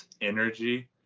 energy